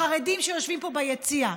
החרדים שיושבים פה ביציע,